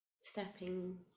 Stepping